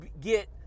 get